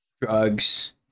drugs